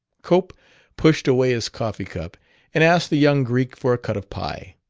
cope pushed away his coffee-cup and asked the young greek for a cut of pie.